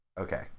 okay